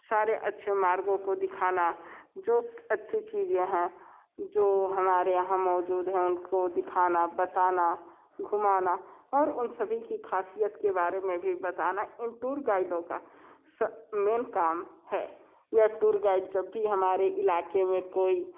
सारे अच्छे मार्गों को दिखाना जो अच्छी चीज़ यहाँ जो हमारे यहाँ मौजूद हैं उनको दिखाना बताना घूमाना और उन सभी की खासियत के बारे में भी बताना इन टूर गाइडों का स मेन काम है यह टूर गाइड जब भी हमारे इलाके में कोई